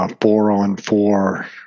four-on-four